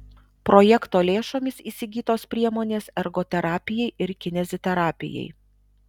projekto lėšomis įsigytos priemonės ergoterapijai ir kineziterapijai